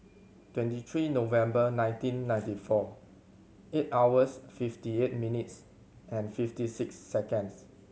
twenty three November nineteen ninety four eight hours fifty eight minutes and fifty six seconds